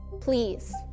Please